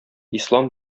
ислам